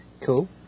Cool